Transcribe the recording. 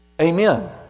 Amen